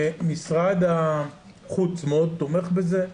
משרד החוץ מאוד תומך בזה,